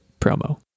promo